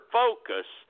focus